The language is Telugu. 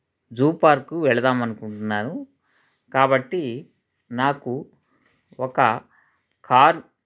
జూ పార్కు వెళదాం అనుకుంటున్నాను కాబట్టి నాకు ఒక కార్